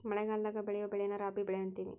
ಮಳಗಲದಾಗ ಬೆಳಿಯೊ ಬೆಳೆನ ರಾಬಿ ಬೆಳೆ ಅಂತಿವಿ